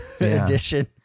edition